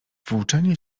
włóczenie